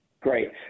Great